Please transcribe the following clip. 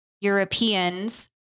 Europeans